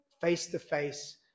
face-to-face